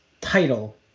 title